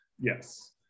Yes